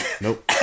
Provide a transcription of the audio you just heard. Nope